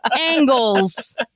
Angles